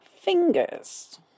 fingers